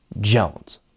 Jones